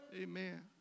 Amen